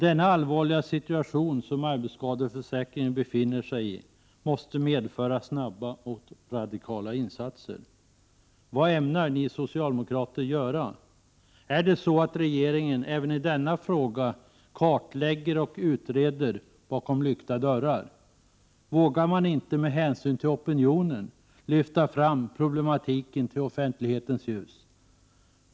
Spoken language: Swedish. Den allvarliga situation som arbetsskadeförsäkringen befinner sig i måste medföra snabba och radikala insatser. Vad ämnar ni socialdemokrater göra? Är det så att regeringen även i denna fråga kartlägger och utreder bakom lyckta dörrar? Vågar man inte med hänsyn till opinionen lyfta fram problemen i offentlighetens ljus?